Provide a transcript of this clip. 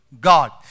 God